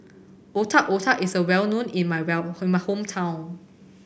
Otak Otak is well known in my well in my hometown